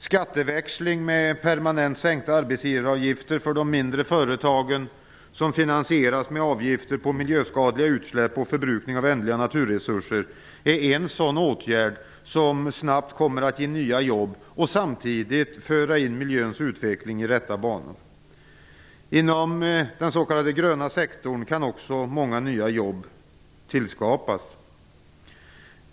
Skatteväxling med permanent sänkta arbetsgivaravgifter för de mindre företagen, som finansieras med avgifter på miljöskadliga utsläpp och förbrukning av ändliga naturresurser, är en sådan åtgärd som snabbt kommer att ge nya jobb och samtidigt föra in miljöns utveckling i rätta banor. Inom den s.k. gröna sektorn kan också många nya jobb tillskapas.